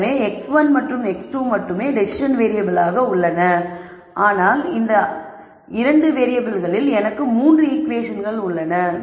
எனவே x1 மற்றும் x2 மட்டுமே டெசிசன் வேறியபிள்களாக உள்ளன ஆனால் அந்த 2 வேறியபிள்களில் எனக்கு 3 ஈகுவேஷன்கள் உள்ளன